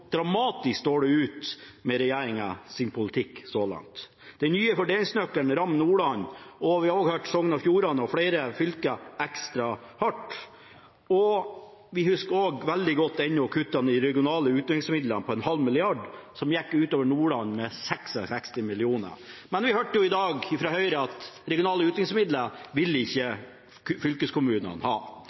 dramatisk dårlig ut med regjeringens politikk så langt. Den nye fordelingsnøkkelen rammer Nordland – og vi har også hørt Sogn og Fjordane og flere andre fylker – ekstra hardt. Vi husker også ennå veldig godt kuttene i de regionale utviklingsmidlene, på 0,5 mrd. kr, som gikk ut over Nordland med 66 mill. kr. Men i dag har vi hørt fra Høyre at regionale utviklingsmidler, det vil ikke fylkeskommunene ha.